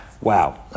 Wow